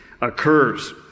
occurs